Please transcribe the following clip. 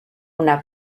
una